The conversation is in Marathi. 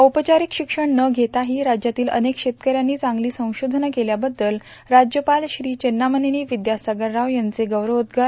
औपचारिक शिक्षण न घेताही राज्यातील अनेक शेतकऱ्यांनी चांगली संशोधन केल्याबद्दल राज्यपाल श्री चेन्नामनेनी विद्यासागर राव यांचे गौरवोद्गार